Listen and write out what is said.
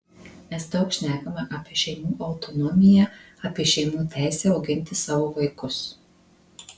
mes daug šnekame apie šeimų autonomiją apie šeimų teisę auginti savo vaikus